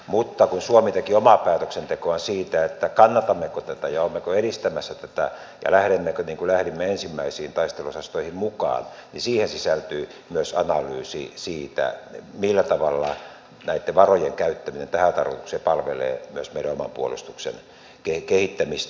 mutta kun suomi teki omaa päätöksentekoaan siitä kannatammeko tätä ja olemmeko edistämässä tätä ja lähdemmekö mukaan niin kuin lähdimme ensimmäisiin taisteluosastoihin niin siihen sisältyy myös analyysi siitä millä tavalla näitten varojen käyttäminen tähän tarkoitukseen palvelee myös meidän oman puolustuksemme kehittämistä